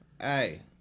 Hey